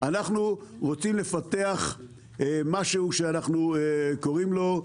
אנחנו רוצים לפתח משהו שאנחנו קוראים לו: